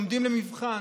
עומדים למבחן: